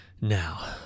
now